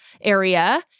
area